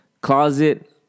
closet